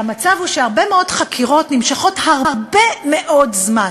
והמצב הוא שהרבה מאוד חקירות נמשכות הרבה מאוד זמן.